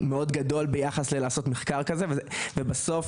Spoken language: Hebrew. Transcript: מאוד גדול יחסית ללעשות מחקר כזה, וכשמדובר